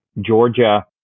Georgia